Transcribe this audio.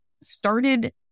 started